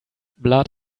blood